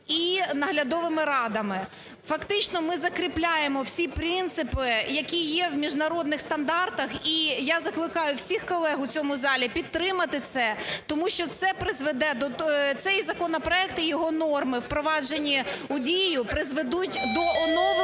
і наглядовими радами. Фактично ми закріпляємо всі принципи, які є в міжнародних стандартах. І я закликаю всіх колег в цьому залі підтримати це. Тому що це призведе, цей законопроект і його норми, впроваджені в дію, призведуть до оновлення